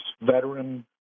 veteran